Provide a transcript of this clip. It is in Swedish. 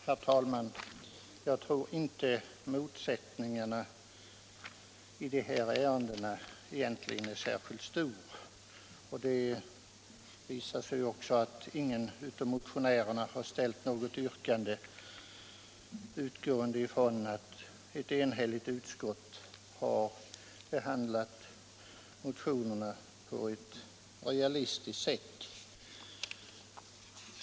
Herr talman! Jag tror inte att motsättningarna i de här frågorna egentligen är särskilt stora. Det visar sig ju också i att ingen av motionärerna ställer något yrkande, eftersom ett enigt utskott har behandlat motionerna på ett realistiskt sätt.